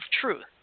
truth